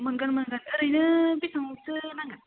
मोनगोन मोनगोन ओरैनो बेसेबांसो नांगोन